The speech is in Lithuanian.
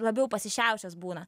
labiau pasišiaušęs būna